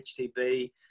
HTB